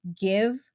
give